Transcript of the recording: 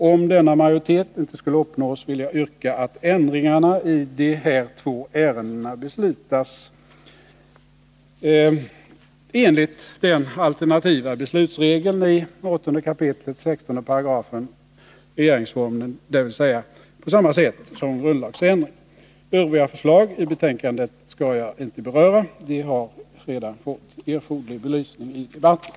Om denna majoritet inte skulle uppnås vill jag yrka att ändringarna i de här två ärendena beslutas enligt den alternativa beslutsregeln i 8 kap. 16 § regeringsformen, dvs. på samma sätt som grundlagsändring. Övriga förslag i betänkandet skall jag inte beröra. De har redan fått erforderlig belysning i debatten.